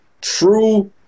true